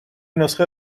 نسخه